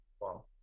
Wow